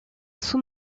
sous